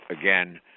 again